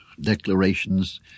declarations